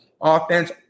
offense